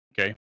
okay